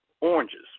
oranges